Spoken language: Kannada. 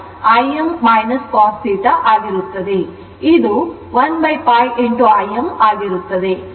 ಇದು 1 π Im ಆಗಿರುತ್ತದೆ